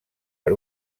per